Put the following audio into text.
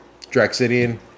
Draxidian